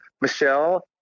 Michelle